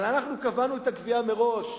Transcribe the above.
קבענו את הקביעה מראש,